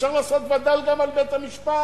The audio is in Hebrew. אפשר לעשות וד"ל גם על בית-המשפט.